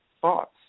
thoughts